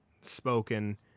spoken